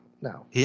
No